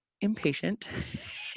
impatient